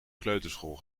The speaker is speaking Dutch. kleuterschool